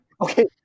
Okay